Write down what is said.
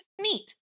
Neat